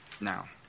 Now